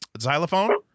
xylophone